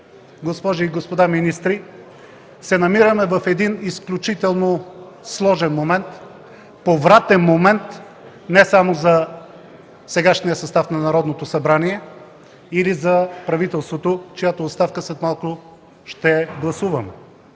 госпожи и господа министри, се намираме в изключително сложен, повратен момент не само за сегашния състав на Народното събрание или за правителството, чиято оставка след малко ще гласуваме.